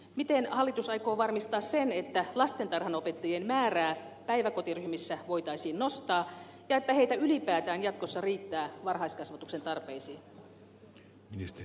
miten hallitus aikoo varmistaa sen että lastentarhanopettajien määrää päiväkotiryhmissä voitaisiin nostaa ja että heitä ylipäätään jatkossa riittää varhaiskasvatuksen tarpeisiin